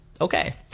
Okay